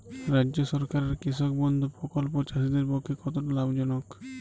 রাজ্য সরকারের কৃষক বন্ধু প্রকল্প চাষীদের পক্ষে কতটা লাভজনক?